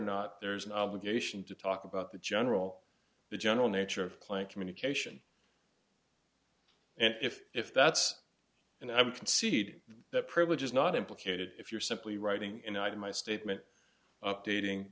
not there is an obligation to talk about the general the general nature of client communication and if if that's and i would concede that privilege is not implicated if you're simply writing in itin my statement updating